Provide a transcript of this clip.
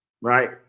Right